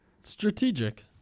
Strategic